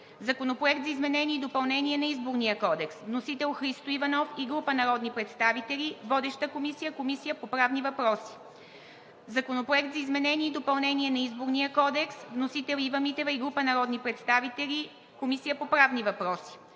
Законопроект за изменение и допълнение на Изборния кодекс. Вносител – Христо Иванов и група народни представители. Водеща е Комисията по правни въпроси. Законопроект за изменение и допълнение на Изборния кодекс. Вносител – Ива Митева и група народни представители. Водеща е Комисията по правни въпроси.